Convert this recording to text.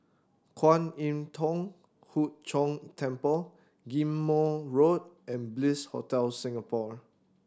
Kwan Im Thong Hood Cho Temple Ghim Moh Road and Bliss Hotel Singapore